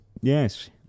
Yes